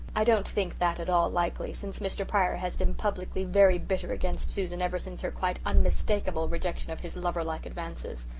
i don't think that at all likely, since mr. pryor has been publicly very bitter against susan ever since her quite unmistakable rejection of his lover-like advances.